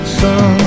sun